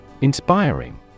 INSPIRING